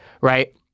right